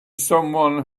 someone